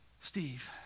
Steve